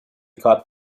caught